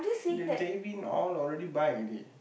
the jelly bean all already buy already